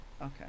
Okay